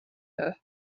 her